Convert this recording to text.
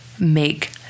make